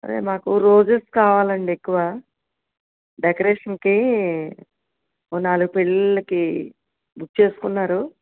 అదే మాకు రోజెస్ కావాలండి ఎక్కువ డెకరేషన్కి ఒక నాలుగు పెళ్ళిళ్ళకి బుక్ చేసుకున్నారు